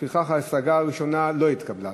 לפיכך, ההשגה הראשונה לא התקבלה.